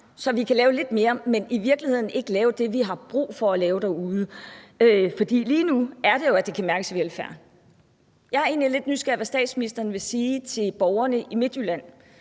så vi kan lave lidt mere, men i virkeligheden kan vi ikke lave det, vi har brug for at lave derude. For det er jo lige nu, at det kan mærkes i velfærden. Jeg er egentlig lidt nysgerrig på, hvad statsministeren vil sige til borgerne i Midtjylland,